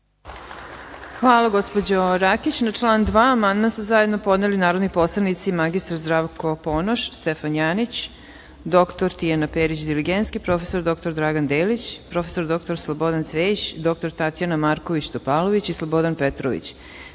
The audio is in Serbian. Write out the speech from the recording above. Hvala, gospođo Rakić. Na član 2. amandman su zajedno podneli narodni poslanici mr Zdravko Ponoš, Stefan Janjić, dr Tijana Perić Diligenski, prof. dr Dragan Delić, prof. dr Slobodan Cvejić, dr Tatjana Marković-Topalović i Slobodan Petrović. Primili